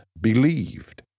believed